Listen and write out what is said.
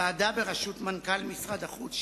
ועדה בראשות מנכ"ל משרד החוץ,